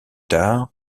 tard